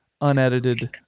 unedited